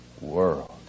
world